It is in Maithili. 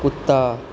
कुत्ता